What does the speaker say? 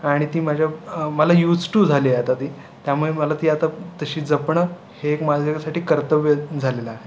आणि ती माझ्या मला यूज्ड टू झाली आहे आता ती त्यामळे मला ती आता तशी जपणं हे एक माझ्यासाठी कर्तव्य झालेलं आहे